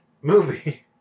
movie